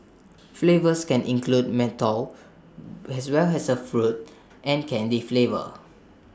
flavours can include menthol as well as A fruit and candy flavours